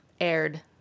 aired